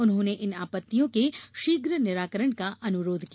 उन्होंने इन आपत्तियों के शीघ्र निराकरण का अनुरोध किया